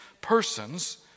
persons